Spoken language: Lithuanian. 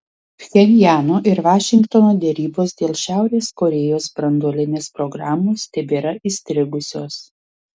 pchenjano ir vašingtono derybos dėl šiaurės korėjos branduolinės programos tebėra įstrigusios